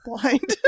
blind